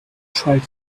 try